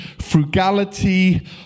frugality